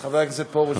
סגן השר פרוש, בבקשה.